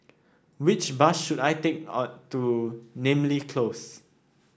which bus should I take to Namly Close